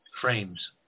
frames